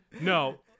No